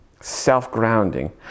self-grounding